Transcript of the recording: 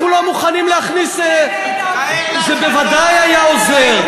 אנחנו לא מוכנים להכניס, זה בוודאי היה עוזר.